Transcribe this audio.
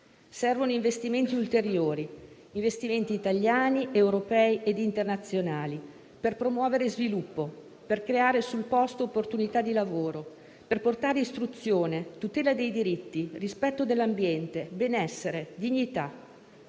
Servono investimenti ulteriori - italiani, europei e internazionali - per promuovere sviluppo, creare sul posto opportunità di lavoro e portare istruzione, tutela dei diritti, rispetto dell'ambiente, benessere e dignità.